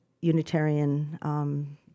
Unitarian